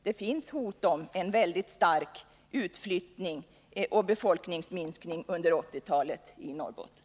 Det finns hot om en mycket stark utflyttning och befolkningsminskning under 1980-talet i Norrbotten.